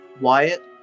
Wyatt